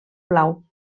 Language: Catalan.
blau